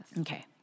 Okay